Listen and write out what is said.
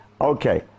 Okay